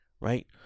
right